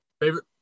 Favorite